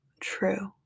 true